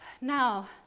Now